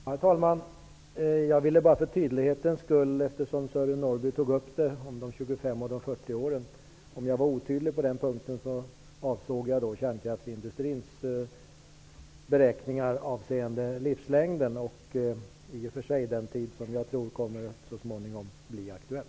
Herr talman! Jag vill bara för tydlighetens skull, eftersom Sören Norrby tog upp frågan om de 25 och de 40 åren, säga, om jag var otydlig på den punkten, att jag avsåg kärnkraftsindustrins beräkningar avseende livslängden, och i och för sig den tid som jag tror så småningom kommer att bli aktuell.